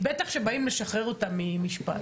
בטח כשבאים לשחרר אותם ממשפט.